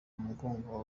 mugongo